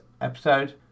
episode